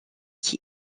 qui